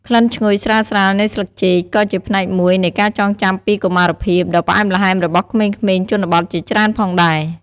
ក្លិនឈ្ងុយស្រាលៗនៃស្លឹកចេកក៏ជាផ្នែកមួយនៃ ការចងចាំពីកុមារភាព ដ៏ផ្អែមល្ហែមរបស់ក្មេងៗជនបទជាច្រើនផងដែរ។